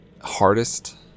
hardest